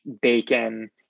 bacon